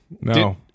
no